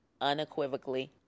unequivocally